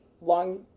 long